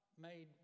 made